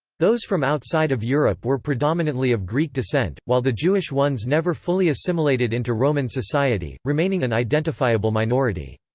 those from outside of europe were predominantly of greek descent, while the jewish ones never fully assimilated into roman society, remaining an identifiable minority.